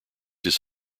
his